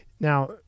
Now